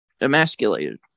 emasculated